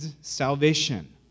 salvation